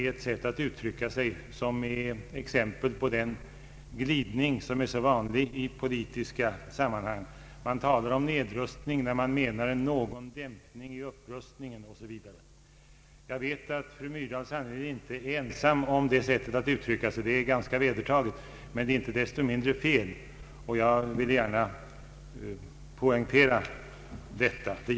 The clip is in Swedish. Detta sätt att uttrycka sig är, tycker jag, exempel på den glidning som är så vanlig i politiska sammanhang. Man talar om nedrustning när man menar en liten dämpning i upprustningen. Jag vet att fru Myrdal sannerligen inte är ensam om det sättet att uttrycka sig — det är ganska vedertaget — men det är inte desto mindre felaktigt. Jag vill gärna poängtera detta.